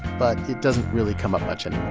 but it doesn't really come up much and